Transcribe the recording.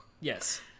Yes